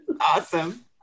awesome